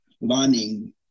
learning